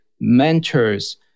mentors